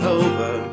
over